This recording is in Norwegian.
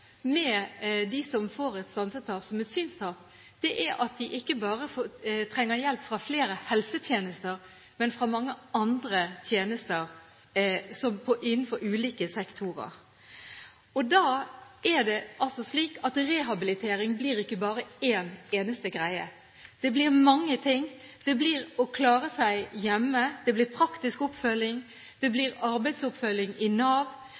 som får et sansetap som et synstap, er at de trenger hjelp ikke bare fra flere helsetjenester, men fra mange andre tjenester innenfor ulike sektorer. Da er det altså slik at rehabilitering ikke bare blir en eneste greie – det blir mange ting. Det blir å klare seg hjemme, det blir praktisk oppfølging, det blir arbeidsoppfølging i Nav